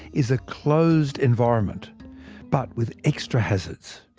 is a closed environment but with extra hazards.